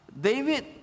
David